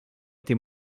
été